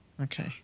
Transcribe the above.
Okay